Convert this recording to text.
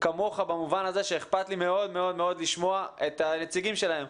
כמוך במובן הזה שאכפת לי מאוד מאוד לשמוע את הנציגים שלהם.